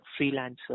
freelancer